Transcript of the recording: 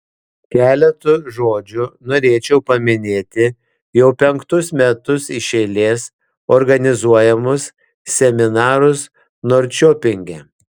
keletu žodžių norėčiau paminėti jau penktus metus iš eilės organizuojamus seminarus norčiopinge